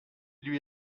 lui